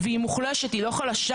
והיא מוחלשת היא לא חלשה,